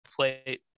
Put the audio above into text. play